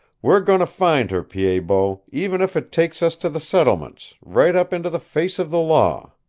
we're going to find her, pied-bot, even if it takes us to the settlements right up into the face of the law.